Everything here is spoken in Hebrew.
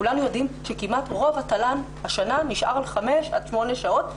כולנו יודעים שרוב התל"ן השנה נשאר על 8-5 שעות,